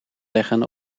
leggen